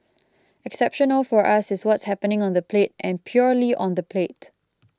exceptional for us is what's happening on the plate and purely on the plate